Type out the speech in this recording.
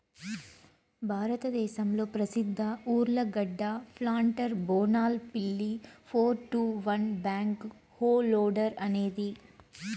భారతదేశంలో ప్రసిద్ధ ఉర్లగడ్డ ప్లాంటర్ బోనాల్ పిల్లి four two one backhoe loader అనేది